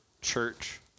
Church